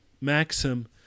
maxim